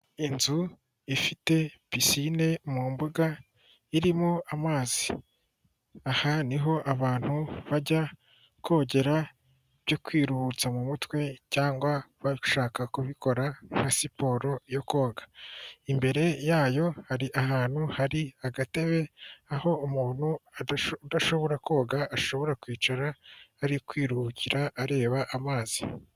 Inzu ifite pisinine mu mbuga irimo amazi, aha niho abantu bajya kogera ibyo kwiruhutsa mu mutwe cyangwa bashaka kubikora nka siporo yo koga, imbere yayo hari ahantu hari agatebe aho umuntu udashobora koga ashobora kwicara ari kwiruhukira areba amazi.